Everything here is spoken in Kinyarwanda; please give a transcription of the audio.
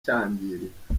cyangirika